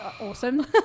awesome